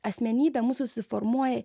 asmenybė mūsų susiformuoja